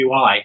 UI